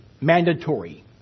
mandatory